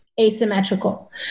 asymmetrical